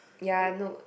ya no